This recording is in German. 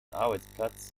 arbeitsplatz